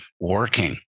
working